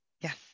yes